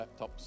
laptops